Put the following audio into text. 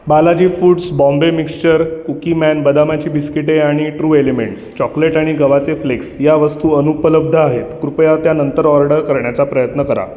Balaji foods Bombay mixture Cookieman बदामाची बिस्किटे आणि ट्रू एलिमेंट्स चॉकलेट आणि गव्हाचे फ्लेक्स या वस्तू अनुपलब्ध आहेत कृपया त्या नंतर ऑर्डर करण्याचा प्रयत्न करा